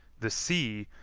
the sea,